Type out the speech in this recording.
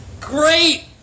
Great